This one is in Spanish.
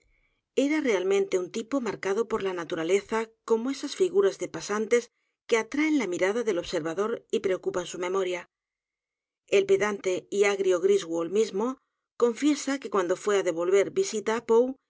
era realmente un tipo marcado por la naturaleza como esas figuras de pasantes que atraen la mirada del observador y preocupan su memoria el pedante y agrio griswold mismo confiesa que cuando fué á devolver visita á poe